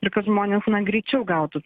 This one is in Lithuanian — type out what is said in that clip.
ir kad žmonės na greičiau gautų